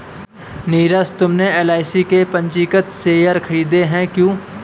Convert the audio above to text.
नीरज तुमने एल.आई.सी के पंजीकृत शेयर खरीदे हैं क्या?